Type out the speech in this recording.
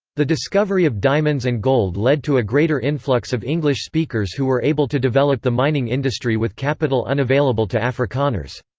the discovery of diamonds and gold led to a greater influx of english speakers who were able to develop the mining industry with capital unavailable to afrikaners.